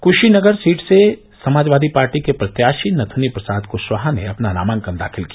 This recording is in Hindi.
कुशीनगर सीट से समाजवादी पार्टी के प्रत्याशी नथुनी प्रसाद क्शवाहा ने अपना नामांकन दाखिल किया